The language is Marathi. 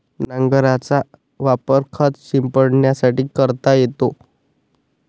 नांगराचा वापर खत शिंपडण्यासाठी करता येतो